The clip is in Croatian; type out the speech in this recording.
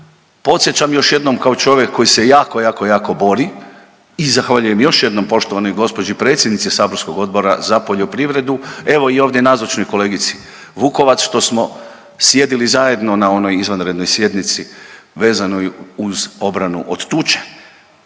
Podsjećam još jednom kao čovjek koji se jako, jako, jako bori i zahvaljujem još jednom poštovanoj gđi. predsjednici saborskog Odbora za poljoprivredu, evo i ovdje nazočnoj kolegici Vukovac što smo sjedili zajedno na onoj izvanrednoj sjednici vezanoj uz obranu od tuče,